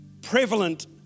prevalent